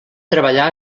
treballar